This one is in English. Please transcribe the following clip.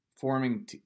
forming